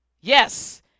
Yes